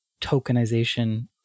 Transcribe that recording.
tokenization